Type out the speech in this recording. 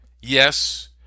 yes